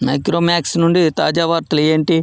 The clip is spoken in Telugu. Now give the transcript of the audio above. మైక్రోమాక్స్ నుండి తాజా వార్తలు ఏంటి